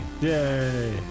Yay